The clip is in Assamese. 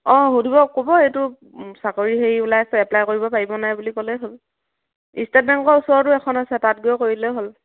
অঁ সুধিব ক'ব এইটো চাকৰি হেৰি ওলাইছে এপ্লাই কৰিব পাৰিব নাই বুলি ক'লে হ'ল ষ্টে'ট বেংকৰ ওচৰতো এখন আছে তাত গৈ কৰিলেই হ'ল